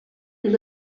est